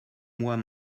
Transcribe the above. mois